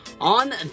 On